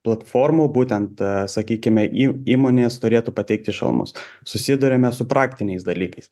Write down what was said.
platformų būtent sakykime į įmonės turėtų pateikti šalmus susiduriame su praktiniais dalykais